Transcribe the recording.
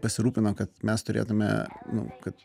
pasirūpino kad mes turėtume nu kad